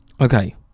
Okay